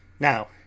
Now